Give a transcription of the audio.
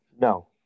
No